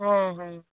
ᱦᱟᱸ ᱦᱟᱸ